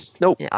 Nope